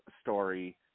story